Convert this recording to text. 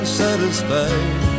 satisfied